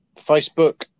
Facebook